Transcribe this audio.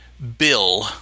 Bill